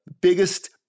biggest